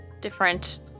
different